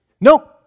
No